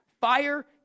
Fire